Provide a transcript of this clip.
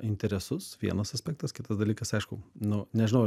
interesus vienas aspektas kitas dalykas aišku nu nežinau